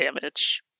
damage